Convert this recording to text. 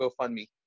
GoFundMe